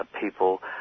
people